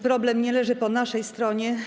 Problem nie leży po naszej stronie.